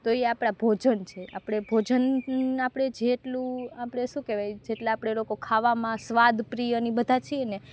તો એ આપણા ભોજન છે આપણે ભોજન આપડે જેટલું આપણું શું કહેવાય જેટલા આપણે લોકો ખાવામાં સ્વાદપ્રિયને એ બધા છીએને